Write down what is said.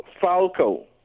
FALCO